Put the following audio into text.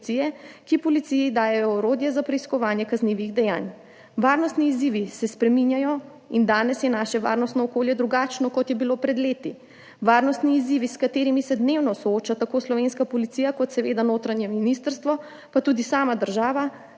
ki policiji dajejo orodje za preiskovanje kaznivih dejanj. Varnostni izzivi se spreminjajo in danes je naše varnostno okolje drugačno, kot je bilo pred leti. Varnostni izzivi, s katerimi se dnevno sooča tako slovenska policija kot seveda notranje ministrstvo, pa tudi sama država,